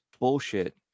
Bullshit